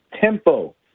Tempo